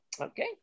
Okay